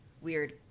weird